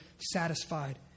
satisfied